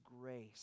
grace